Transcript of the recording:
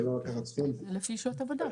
ולא לקחת סכום 90,000. זה לפי שעות עבודה.